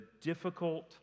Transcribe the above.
difficult